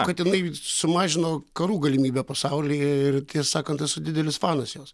kad jinai sumažino karų galimybę pasaulyje ir tiesą sakant esu didelis fanas jos